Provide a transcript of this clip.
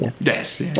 yes